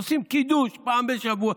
עושים קידוש פעם בשבוע,